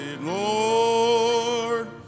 Lord